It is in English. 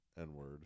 N-word